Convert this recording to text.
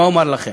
מה אומר לכם,